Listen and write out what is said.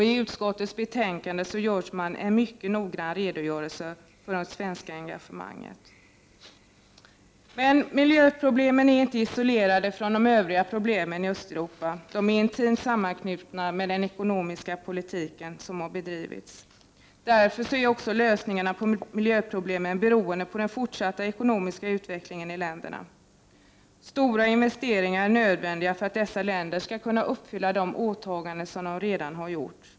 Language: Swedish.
I utskottets betänkande görs en mycket noggrann redogörelse för det svenska engagemanget. Miljöproblemen är inte isolerade från de övriga problemen i Östeuropa. De är intimt sammanknutna med den ekonomiska politik som har bedrivits. Därför är också lösningarna på miljöproblemen beroende av den fortsatta ekonomiska utvecklingen i länderna. Stora investeringar är nödvändiga för att dessa länder skall uppfylla de åtaganden som de redan har gjort.